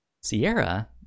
Sierra